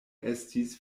estis